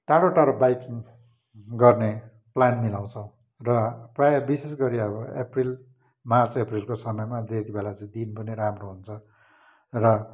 टाढो टाढो बाइकिङ गर्ने प्लान मिलाउँछौँ र प्रायः विशेष गरी अब अप्रिल मार्च अप्रिल समयमा त्यतिबेला चाहिँ दिन पनि राम्रो हुन्छ र